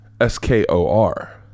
S-K-O-R